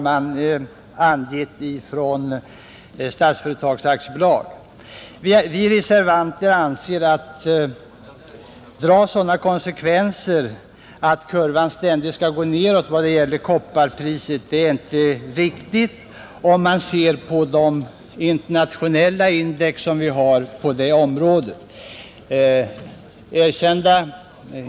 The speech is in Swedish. Men att dra sådana konsekvenser att kurvan ständigt skulle gå neråt beträffande kopparpriset är inte riktigt, om man ser på de internationella index som finns på området.